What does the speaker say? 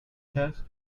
test